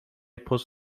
پست